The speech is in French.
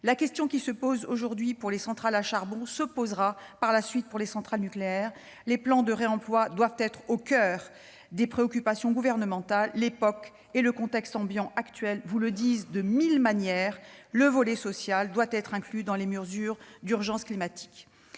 La question qui se pose aujourd'hui pour les centrales à charbon se posera par la suite pour les centrales nucléaires. Les plans de réemploi doivent être au coeur des préoccupations gouvernementales. L'époque et le contexte ambiant vous le prouvent de mille manières : le volet social doit être inclus dans les mesures d'urgence climatique.